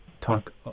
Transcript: talk